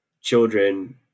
children